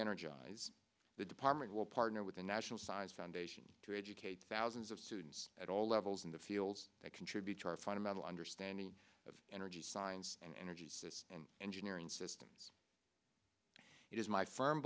energize the department will partner with the national science foundation to educate thousands of students at all levels in the fields that contribute to our fundamental understanding of energy science and energy says in engineering systems it is my firm